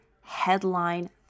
headline